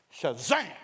Shazam